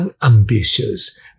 unambitious